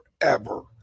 forever